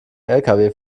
lkw